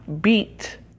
beat